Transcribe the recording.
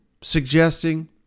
suggesting